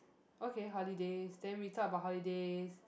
okay holidays then we talk about holidays